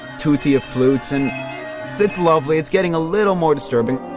tutti of flutes, and it's it's lovely, it's getting a little more disturbing.